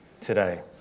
today